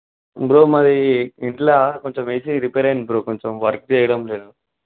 bro మాది ఇంట్లో కొంచెం ఏసీ రిపేర్ అయింది బ్రో కొంచెం వర్క్ చేయడం లేదు